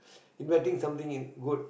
inventing something good